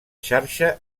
xarxa